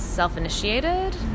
self-initiated